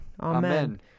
Amen